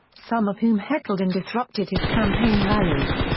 some of whom heckled and disrupted his campaign rallies.